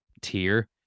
tier